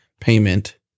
payment